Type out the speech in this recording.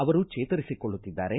ಅವರು ಚೇತರಿಸಿಕೊಳ್ಳುತ್ತಿದ್ದಾರೆ